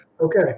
Okay